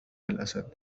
الأسد